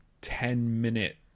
ten-minute